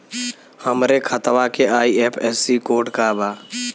हमरे खतवा के आई.एफ.एस.सी कोड का बा?